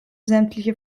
sämtliche